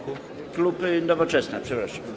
Klub Nowoczesna, przepraszam.